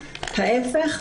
ההיפך.